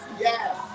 yes